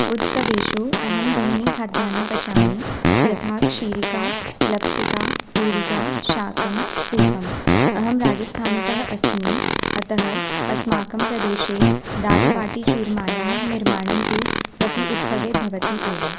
उत्सवेषु अहं बहूनि खाद्यानि पचामि यथा क्षीरिका लप्सिका पूरिका शाकं सूपम् अहं राजस्थानतः अस्मि अतः अस्माकं प्रदेशे दालबाटीचूरमायाः निर्माणं तु प्रतिउत्सवे भवति एव